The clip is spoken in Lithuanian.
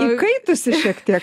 įkaitusi šiek tiek